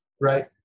Right